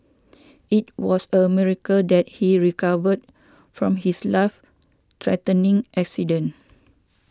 it was a miracle that he recovered from his life threatening accident